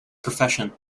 profession